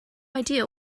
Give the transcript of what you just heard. idea